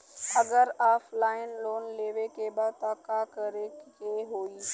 अगर offline loan लेवे के बा त का करे के होयी?